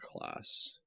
class